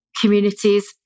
communities